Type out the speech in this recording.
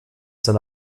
seine